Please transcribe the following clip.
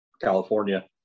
California